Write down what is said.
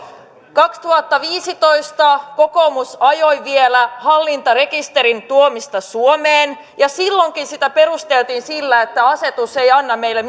kaksituhattaviisitoista kokoomus ajoi vielä hallintarekisterin tuomista suomeen ja silloinkin sitä perusteltiin sillä että asetus ei anna meille